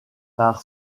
par